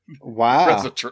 Wow